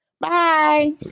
Bye